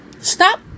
stop